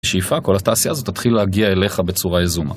שאיפה, כל התעשייה הזאת תתחיל להגיע אליך בצורה יזומה.